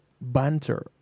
banter